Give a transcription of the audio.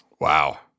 Wow